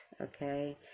okay